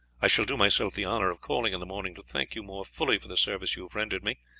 i shall do myself the honour of calling in the morning to thank you more fully for the service you have rendered me,